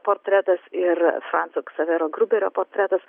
portretas ir franco ksavero gruberio portretas